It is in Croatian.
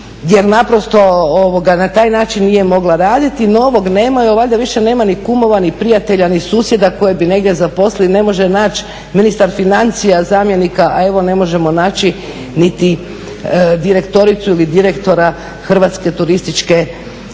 jer naprosto na taj način nije mogla raditi, novog nemaju, a valjda više nema ni kumova ni prijatelja ni susjeda koje bi negdje zaposlili, ne može naći ministar financija zamjenika a evo ne možemo naći niti direktoricu ili direktora Hrvatske turističke